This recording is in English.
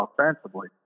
offensively